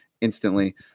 instantly